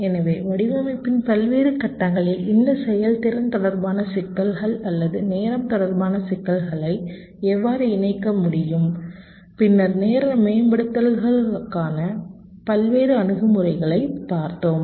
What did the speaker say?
எனவே வடிவமைப்பின் பல்வேறு கட்டங்களில் இந்த செயல்திறன் தொடர்பான சிக்கல்கள் அல்லது நேரம் தொடர்பான சிக்கல்களை எவ்வாறு இணைக்க முடியும் பின்னர் நேர மேம்படுத்தல்களுக்கான பல்வேறு அணுகுமுறைகளைப் பார்த்தோம்